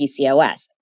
PCOS